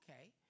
Okay